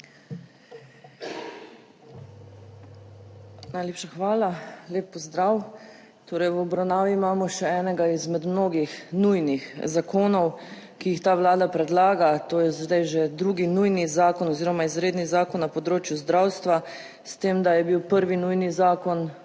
Najlepša hvala. Lep pozdrav! Torej, v obravnavi imamo še enega izmed mnogih nujnih zakonov, ki jih ta Vlada predlaga, to je zdaj že drugi nujni zakon oziroma izredni zakon na področju zdravstva, s tem da je bil prvi nujni zakon